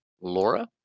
Laura